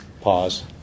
Pause